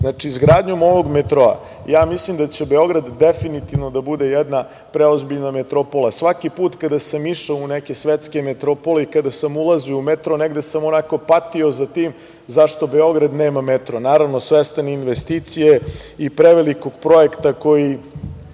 Znači, izgradnjom ovog metroa, ja mislim da će Beograd definitivno da bude jedna preozbiljna metropola. Svaki put kada sam išao u neke svetske metropole, kada sam ulazio u metro, negde sam onako patio za tim, zašto Beograd nema metro. Naravno, svestan investicije i prevelikog projekta koji